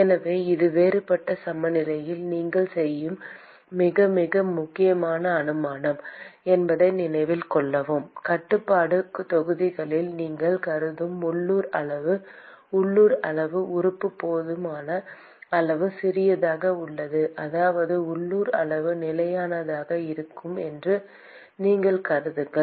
எனவே இது வேறுபட்ட சமநிலையில் நீங்கள் செய்யும் மிக மிக முக்கியமான அனுமானம் என்பதை நினைவில் கொள்ளவும் கட்டுப்பாட்டு தொகுதியில் நீங்கள் கருதும் லோக்கல் அளவு லோக்கல் அளவு உறுப்பு போதுமான அளவு சிறியதாக உள்ளது அதாவது லோக்கல் அளவு நிலையானதாக இருக்கும் என்று நீங்கள் கருதுகிறீர்கள்